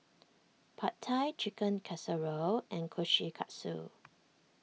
Pad Thai Chicken Casserole and Kushikatsu